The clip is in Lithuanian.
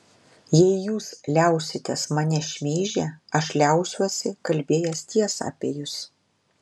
jei jūs liausitės mane šmeižę aš liausiuosi kalbėjęs tiesą apie jus